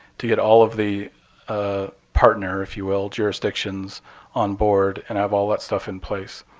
to get all of the ah partner, if you will, jurisdictions on board and have all that stuff in place.